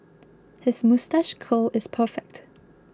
his moustache curl is perfect